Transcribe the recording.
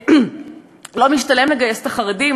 שלא משתלם לגייס את החרדים,